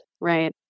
right